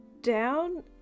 down